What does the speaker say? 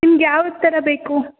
ನಿಮ್ಗೆ ಯಾವಥರ ಬೇಕು